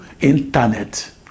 internet